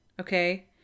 Okay